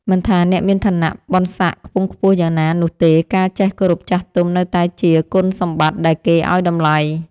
មិនថាអ្នកមានឋានៈបុណ្យសក្តិខ្ពង់ខ្ពស់យ៉ាងណានោះទេការចេះគោរពចាស់ទុំនៅតែជាគុណសម្បត្តិដែលគេឱ្យតម្លៃ។